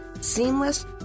seamless